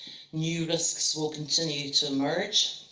new risks will continue to emerge,